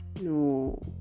no